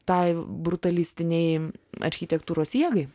tai brutalistinei architektūros jėgai